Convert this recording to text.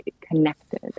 connected